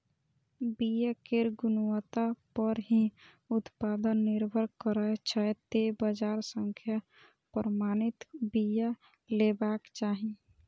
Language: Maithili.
बिया केर गुणवत्ता पर ही उत्पादन निर्भर करै छै, तें बाजार सं प्रमाणित बिया लेबाक चाही